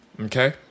Okay